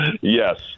Yes